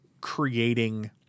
creating